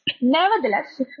Nevertheless